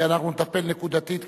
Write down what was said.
ואנחנו נטפל נקודתית,